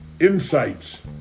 Insights